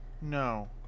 no